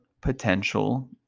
potential